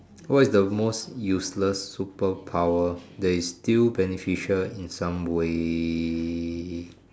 what is the most useless superpower that is still beneficial in some way